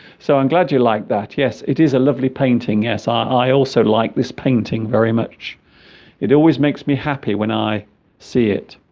so i'm glad you like that yes it is a lovely painting yes ah i also like this painting very much it always makes me happy when i see it